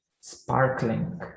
sparkling